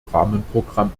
rahmenprogramm